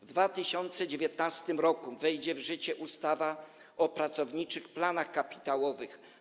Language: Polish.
W 2019 r. wejdzie w życie ustawa o pracowniczych planach kapitałowych.